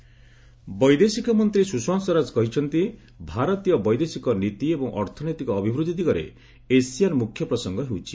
Sushma Delhi dialogue ବୈଦେଶିକ ମନ୍ତ୍ରୀ ସୁଷମା ସ୍ୱରାଜ କହିଛନ୍ତି ଭାରତୀୟ ବୈଦେଶିକ ନୀତି ଏବଂ ଅର୍ଥନୈତିକ ଅଭିବୃଦ୍ଧି ଦିଗରେ ଏସିଆନ୍ ମ୍ରଖ୍ୟ ପ୍ରସଙ୍ଗ ହେଉଛି